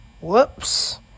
whoops